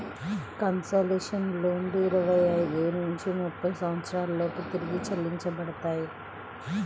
concessional లోన్లు ఇరవై ఐదు నుంచి ముప్పై సంవత్సరాల లోపు తిరిగి చెల్లించబడతాయి